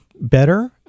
better